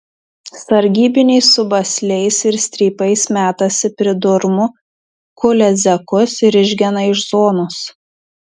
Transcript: sargybiniai su basliais ir strypais metasi pridurmu kulia zekus ir išgena iš zonos